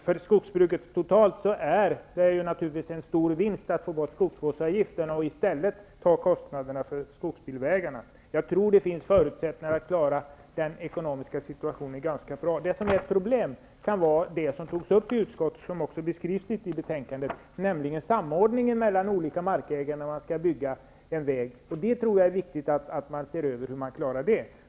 För skogsbruket totalt är det naturligtvis en stor vinst att få bort skogsvårdsavgiften och i stället ta kostnaderna för skogsbilvägarna. Jag tror att det finns förutsättningar att klara den ekonomiska situationen ganska bra. I utskottet tog vi däremot upp ett problem, som också beskrivs litet i betänkandet. Samordningen mellan de olika markägarna när man skall bygga en väg kan nämligen bli ett problem. Jag tror att det är viktigt att man ser över hur man skall klara det.